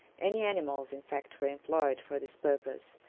any animals, in fact, were employed for this purpose,